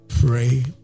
Pray